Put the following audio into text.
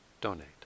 donate